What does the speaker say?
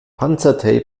panzertape